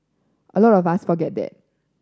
a lot of us forget that